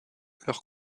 leur